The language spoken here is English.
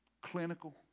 clinical